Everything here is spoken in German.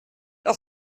auch